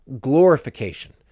glorification